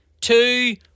two